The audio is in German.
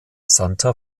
santa